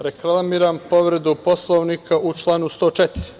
Reklamiram povredu Poslovnika u članu 104.